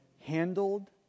handled